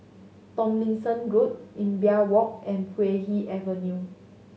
Tomlinson Road Imbiah Walk and Puay Hee Avenue